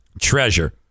treasure